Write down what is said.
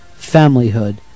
Familyhood